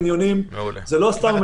הם בחרו בעצמם את הקניונים שלהם,